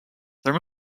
there